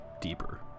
deeper